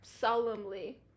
solemnly